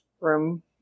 room